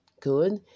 Good